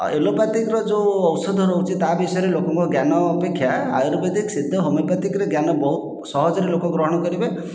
ଏଲୋପାଥିକର ଯେଉଁ ଔଷଧ ରହୁଛି ତାହା ବିଷୟରେ ଲୋକଙ୍କ ଜ୍ଞାନ ଅପେକ୍ଷା ଆୟୁର୍ବେଦିକ ସିଦ୍ଧ ହୋମିଓପାଥିକ ବହୁତ ସହଜରେ ଲୋକେ ଗ୍ରହଣ କରିବେ